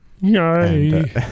yay